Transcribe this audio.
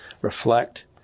reflect